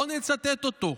בואו נצטט אותו: